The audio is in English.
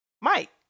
Mike